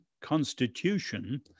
constitution